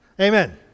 Amen